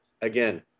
again